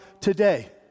today